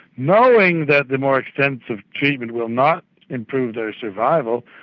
knowing that the more extensive treatment will not improve their survival,